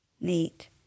Neat